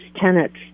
tenets